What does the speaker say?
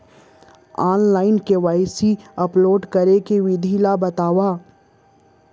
Online KYC upload करे के विधि ला बतावव?